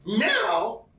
now